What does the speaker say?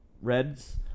Reds